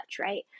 right